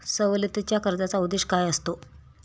सवलतीच्या कर्जाचा उद्देश काय असतो?